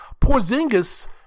Porzingis